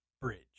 Bridge